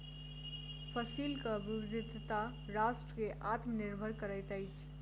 फसिलक विविधता राष्ट्र के आत्मनिर्भर करैत अछि